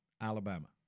Alabama